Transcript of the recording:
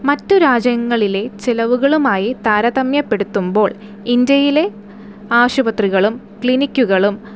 മറ്റു രാജ്യങ്ങളിലെ ചെലവുകളുമായി താരതമ്യപ്പെടുത്തുമ്പോൾ ഇന്ത്യയിലെ ആശുപത്രികളും ക്ലിനിക്കുകളും